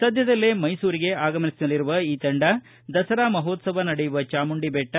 ಸದ್ದದಲ್ಲೇ ಮೈಸೂರಿಗೆ ಆಗಮಿಸುವ ಈ ತಂಡ ದಸರ ಮಹೋತ್ಸವ ನಡೆಯುವ ಚಾಮುಂಡಿಬೆಟ್ಟ